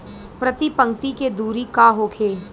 प्रति पंक्ति के दूरी का होखे?